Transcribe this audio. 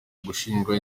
gushinga